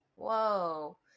whoa